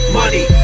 money